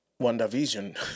WandaVision